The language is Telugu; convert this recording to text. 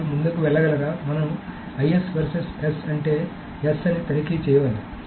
వారు ముందుకు వెళ్లగలరా మనం IS వర్సెస్ S అంటే S అని తనిఖీ చేయాలి